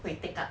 will take up